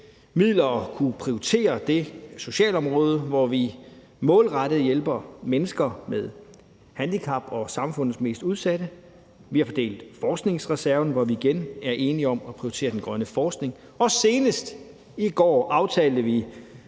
og har kunnet prioritere det sociale område, hvor vi målrettet hjælper mennesker med handicap og samfundets mest udsatte. Vi har fordelt forskningsreserven, hvor vi igen er enige om at prioritere den grønne forskning. Og senest, i går, aftalte vi